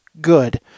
good